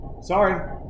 sorry